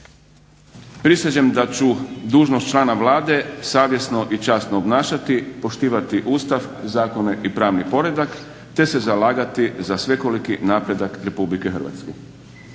Prisežem da ću dužnost člana Vlade savjesno i časno obnašati, poštivati Ustav, zakone i pravni poredak te se zalagati za svekoliki napredak Republike Hrvatske.